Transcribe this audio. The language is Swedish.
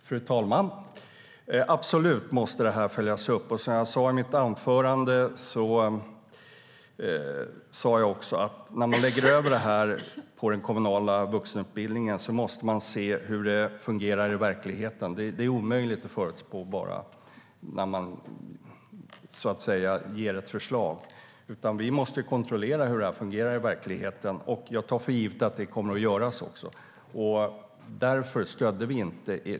Fru talman! Förslaget måste absolut följas upp. Jag sa i mitt anförande att när sfi läggs över på den kommunala vuxenutbildningen måste man se hur det fungerar i verkligheten. Det är omöjligt att förutspå när man lägger fram ett förslag. Vi måste kontrollera hur förslaget kommer att fungera i verkligheten. Jag tar för givet att det kommer att ske.